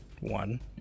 one